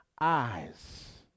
eyes